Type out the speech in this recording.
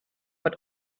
but